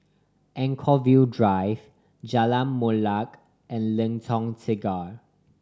Anchorvale Drive Jalan Molek and Lengkok Tiga